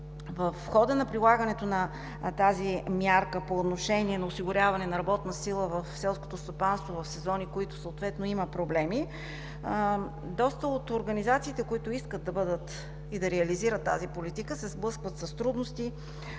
в хода на прилагането на тази мярка по отношение на осигуряване на работна сила в селското стопанство в сезони, в които съответно има проблеми, доста от организациите, които искат да реализират тази политика, се сблъскват с трудности,